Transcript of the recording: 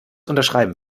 unterschreiben